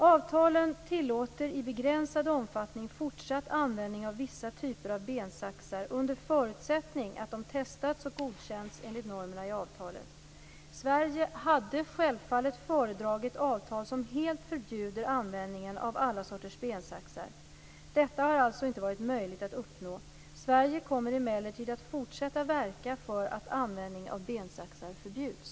Avtalen tillåter i begränsad omfattning fortsatt användning av vissa typer av bensaxar under förutsättning att de testats och godkänts enligt normerna i avtalet. Sverige hade självfallet föredragit avtal som helt förbjuder användningen av alla sorters bensaxar. Detta har alltså inte varit möjligt att uppnå. Sverige kommer emellertid att fortsätta att verka för att användning av bensaxar förbjuds.